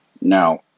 Now